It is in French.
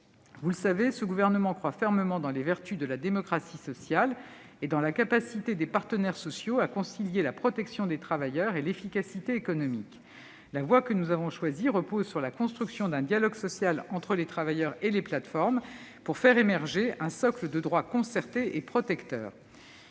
Vous le savez, ce gouvernement croit fermement dans les vertus de la démocratie sociale et dans la capacité des partenaires sociaux à concilier la protection des travailleurs et l'efficacité économique. La construction d'un dialogue social entre les plateformes et les travailleurs doit faire émerger un socle de droits concertés et protecteurs.